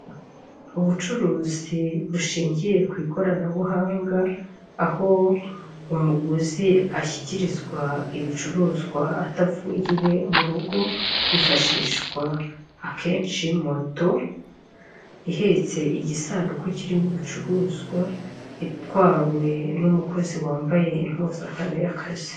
Ubucuruzi bushingiye ku ikoranabuhanga aho umuguzi ashikirizwa ibicuruzwa atavuye iwe mu rugo hifashishwa akenshi moto ihetse igisanduku kirimo ibicuruzwa itwawe n'umukozi wambaye impuzankano y'akazi.